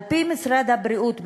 על-פי משרד הבריאות,